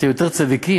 אתם יותר צדיקים?